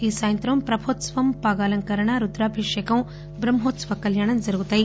ఈ సాయంత్రం ప్రభోత్సవం పాగాలంకరణ రుద్రాభిషేకం బ్రహ్మోత్సవ కళ్యాణం జరుగుతాయి